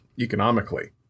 economically